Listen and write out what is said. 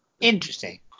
Interesting